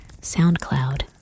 SoundCloud